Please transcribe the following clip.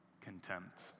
Contempt